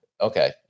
Okay